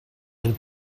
and